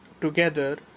together